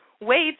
weights